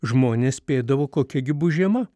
žmonės spėdavo kokia gi bus žiema